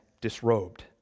disrobed